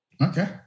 Okay